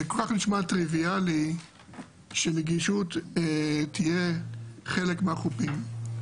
זה נשמע כל כך טריוויאלי שהנגישות תהיה חלק מהחופים.